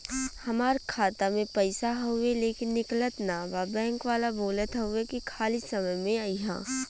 हमार खाता में पैसा हवुवे लेकिन निकलत ना बा बैंक वाला बोलत हऊवे की खाली समय में अईहा